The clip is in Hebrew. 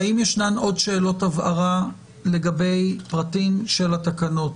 האם יש עוד שאלות הבהרה לגבי פרטים של התקנות,